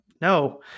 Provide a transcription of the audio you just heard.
No